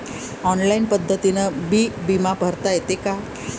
Online पद्धतीनं बी बिमा भरता येते का?